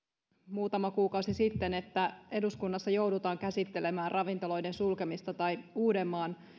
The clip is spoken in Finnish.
muutama kuukausi sitten että eduskunnassa joudutaan käsittelemään ravintoloiden sulkemista tai uudenmaan